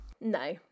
No